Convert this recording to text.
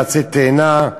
בעצי תאנה,